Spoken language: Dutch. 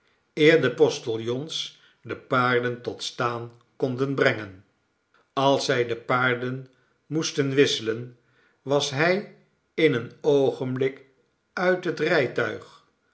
eer de postiljons de paarden tot staan konden brengen als zij de paarden moesten wisselen was hij in een oogenblik uit het rijtuig